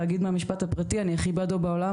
תאגיד מהמשפט הפרטי אני הכי בעדו בעולם,